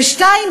והשני,